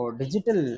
digital